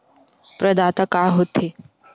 प्रदाता का हो थे?